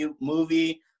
movie